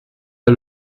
pas